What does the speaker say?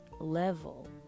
level